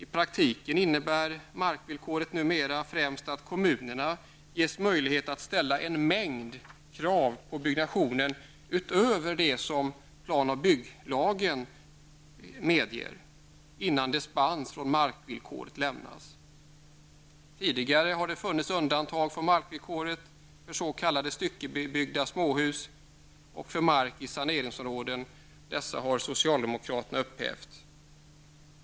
I praktiken innebär markvillkoret numera främst att kommunerna ges möjlighet att ställa en mängd krav på byggnationen, utöver det som plan och bygglagen anger, innan dispens från markvillkoret lämnas. Tidigare har det funnits undantag från markvillkoret för s.k. styckebyggda småhus och för mark i saneringsområden. Dessa undantag har socialdemokraterna upphävt.